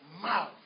mouth